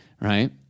Right